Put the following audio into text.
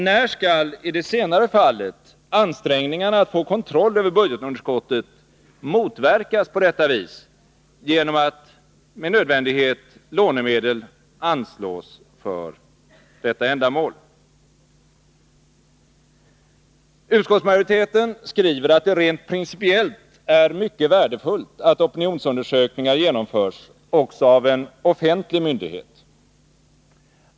När skall i det senare fallet ansträngningarna att få kontroll över budgetunderskottet motverkas genom att lånemedel anslås för detta ändamål? Utskottsmajoriteten skriver att det rent principiellt är mycket värdefullt att opinionsundersökningar genomförs också av en offentlig myndighet.